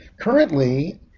currently